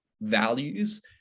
values